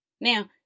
Now